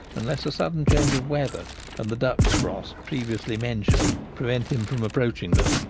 unless a sudden change of weather and the duck's frost previously mentioned prevent him from approaching them,